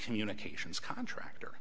communications contractor